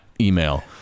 email